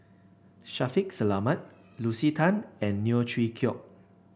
Shaffiq Selamat Lucy Tan and Neo Chwee Kok